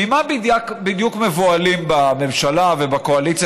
ממה בדיוק מבוהלים בממשלה ובקואליציה,